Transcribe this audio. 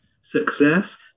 success